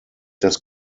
das